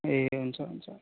ए हुन्छ हुन्छ